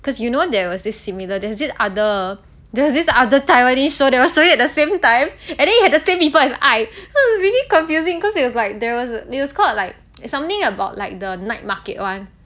cause you know there was this similar there's this other there's this other taiwanese show that was showing at the same time and then it had the same people as 爱 so it was really confusing cause it was like there was it was called like it's something about like the night market [one]